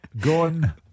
Gone